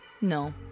No